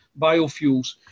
biofuels